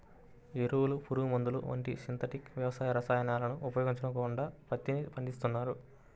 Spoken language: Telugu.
ఎరువులు, పురుగుమందులు వంటి సింథటిక్ వ్యవసాయ రసాయనాలను ఉపయోగించకుండా పత్తిని పండిస్తున్నారు